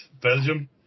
Belgium